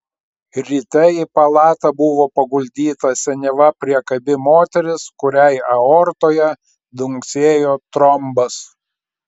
ryte į palatą buvo paguldyta senyva priekabi moteris kuriai aortoje dunksėjo trombas